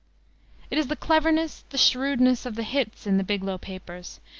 it is the cleverness, the shrewdness of the hits in the biglow papers,